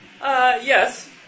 Yes